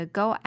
go